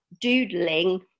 doodling